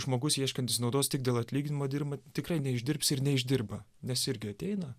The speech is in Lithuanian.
žmogus ieškantis naudos tik dėl atlyginimo dirba tikrai neišdirbsi ir neišdirba nes irgi ateina